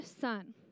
Son